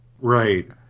right